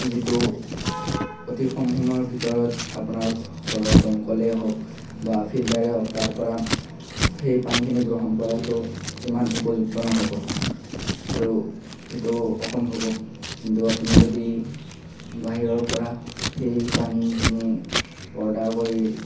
যিটো অতি কম সময়ৰ ভিতৰত আপোনাৰ ঘৰৰ দমকলে হওক বা ফিল্টাৰে হওক তাৰপৰা সেই পানীখিনি গ্ৰহণ কৰাটো ইমান উপযুক্ত ন'হব আৰু সেইটো অসম্ভবো কিন্তু আপুনি যদি বাহিৰৰ পৰা সেই পানীখিনি অৰ্ডাৰ কৰি